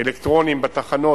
אלקטרוניים בתחנות,